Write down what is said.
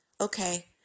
Okay